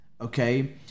okay